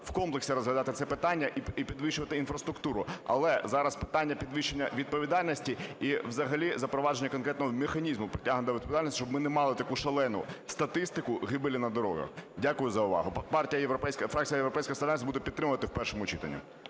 в комплексі розглядати це питання і підвищувати інфраструктуру, але зараз питання підвищення відповідальності і взагалі запровадження конкретного механізму притягнення до відповідальності, щоб ми не мали таку шалену статистику гибелі на дорогах. Дякую за увагу. Фракція "Європейська солідарність" буде підтримувати в першому читанні.